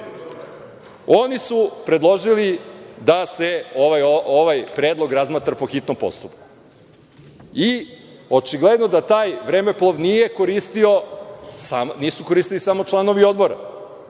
su predložili da se ovaj predlog razmatra po hitnom postupku. I očigledno da taj vremeplov nisu koristili samo članovi odbora,